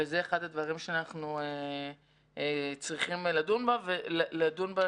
וזה אחד הדברים שאנחנו צריכים לדון בהם בשדולה,